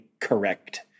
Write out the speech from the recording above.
correct